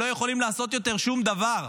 שלא יכולים לעשות יותר שום דבר.